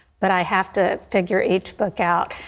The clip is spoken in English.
but i have to figure each book out.